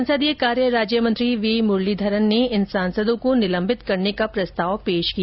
संसदीय कार्य राज्य मंत्री वी मुरलीधरन ने इन सांसदों को निलंबित करने का प्रस्ताव पेश किया